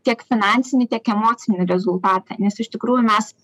tiek finansinį tiek emocinį rezultatą nes iš tikrųjų mes